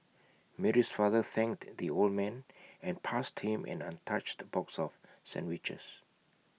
Mary's father thanked the old man and passed him an untouched box of sandwiches